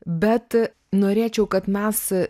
bet norėčiau kad mes